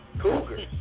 Cougars